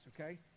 okay